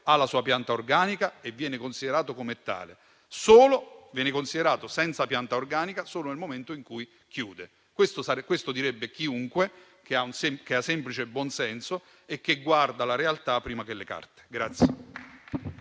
ha la sua pianta organica e viene considerato come tale. Viene considerato senza pianta organica solo nel momento in cui chiude. È questo che direbbe chiunque con un po' di buon senso, guardando la realtà prima delle carte.